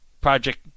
Project